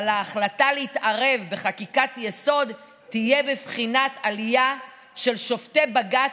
אבל ההחלטה להתערב בחקיקת-יסוד תהיה בבחינת עלייה של שופטי בג"ץ,